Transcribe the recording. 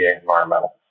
Environmental